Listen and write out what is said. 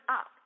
up